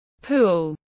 pool